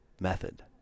method